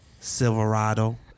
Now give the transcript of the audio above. Silverado